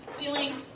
feeling